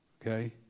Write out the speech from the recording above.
Okay